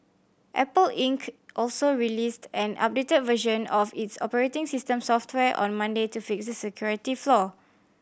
Apple Inc also released an updated version of its operating system software on Monday to fix the security flaw